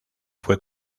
fue